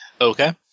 Okay